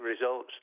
results